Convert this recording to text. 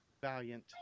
valiant